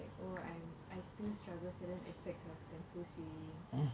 oh I'm I still struggle certain aspects of the close reading